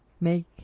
make